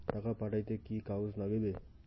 টাকা পাঠাইতে কি কাগজ নাগীবে?